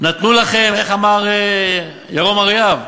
נתנו לכם, איך אמר ירום אריאב?